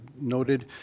noted